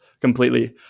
completely